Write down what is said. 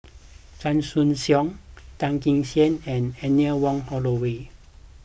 Chan Choy Siong Tan Kee Sek and Anne Wong Holloway